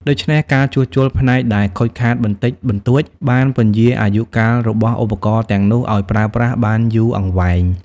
ដូច្នេះ ការជួសជុលផ្នែកដែលខូចខាតបន្តិចបន្តួចបានពន្យារអាយុកាលរបស់ឧបករណ៍ទាំងនោះឲ្យប្រើប្រាស់បានយូរអង្វែង។